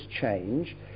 change